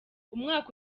umwaka